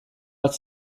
bat